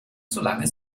solange